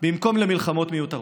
במקום למלחמות מיותרות.